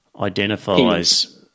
identifies